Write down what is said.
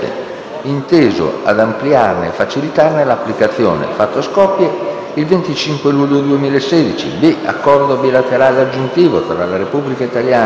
inteso ad ampliarne e facilitarne l'applicazione, fatto a Skopje il 25 luglio 2016;* b) *Accordo bilaterale aggiuntivo tra la Repubblica italiana